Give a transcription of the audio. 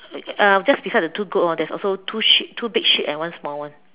uh just beside the two goat lor there's also two sheep two big sheep and one small one